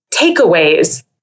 Takeaways